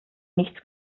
nichts